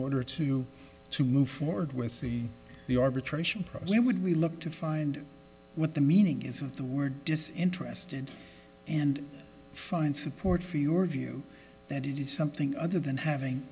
order to to move forward with the the arbitration program would we look to find what the meaning is of the word disinterested and find support for your view that it is something other than having